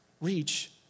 reach